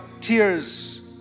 tears